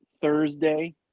Thursday